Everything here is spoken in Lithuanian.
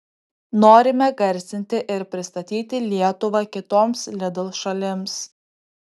norime garsinti ir pristatyti lietuvą kitoms lidl šalims